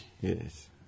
yes